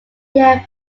year